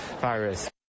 virus